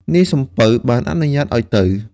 នាយសំពៅបានអនុញ្ញាតឱ្យទៅ។